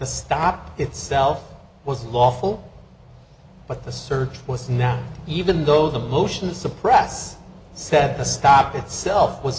stop itself was lawful but the search was not even though the motion to suppress said the stop itself was